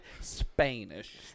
Spanish